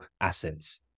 assets